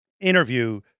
interview